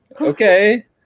okay